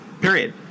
Period